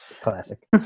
Classic